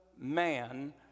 man